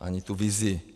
Ani tu vizi.